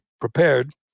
prepared